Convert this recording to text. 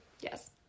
Yes